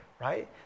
right